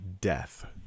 death